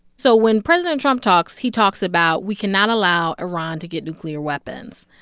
so when president trump talks, he talks about, we cannot allow iran to get nuclear weapons.